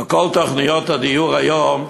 מכל תוכניות הדיור היום,